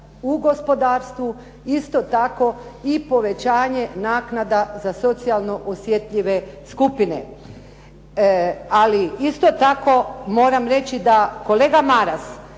u gospodarstvu, isto tako i povećanje naknada za socijalno osjetljive skupine. Ali isto tako, moram reći da kolega Maras,